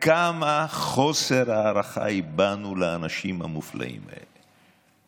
וכמה חוסר הערכה הבענו לאנשים המופלאים האלה.